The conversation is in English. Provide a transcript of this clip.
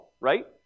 right